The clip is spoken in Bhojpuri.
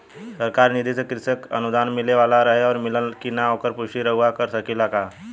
सरकार निधि से कृषक अनुदान मिले वाला रहे और मिलल कि ना ओकर पुष्टि रउवा कर सकी ला का?